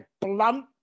blunt